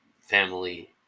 family